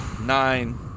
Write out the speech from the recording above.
Nine